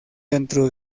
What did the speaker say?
dentro